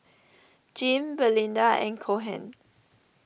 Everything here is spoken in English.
Jim Belinda and Cohen